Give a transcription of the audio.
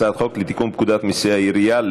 הצעת חוק לתיקון פקודת מסי העירייה,